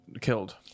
killed